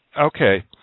Okay